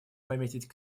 пометить